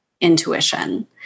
intuition